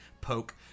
poke